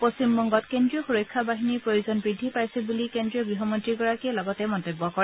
পশ্চিমবংগত কেন্দ্ৰীয় সুৰক্ষা বাহিনীৰ প্ৰয়োজন বৃদ্ধি পাইছে বলি কেজ্ৰীয় গ্ৰহমন্ত্ৰীগৰাকীয়ে মন্তব্য কৰে